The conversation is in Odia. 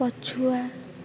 ପଛୁଆ